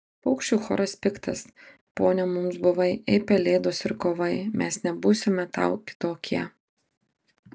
paukščių choras piktas pone mums buvai ei pelėdos ir kovai mes nebūsime tau kitokie